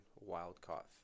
wild-caught